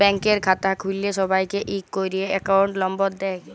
ব্যাংকের খাতা খুল্ল্যে সবাইকে ইক ক্যরে একউন্ট লম্বর দেয়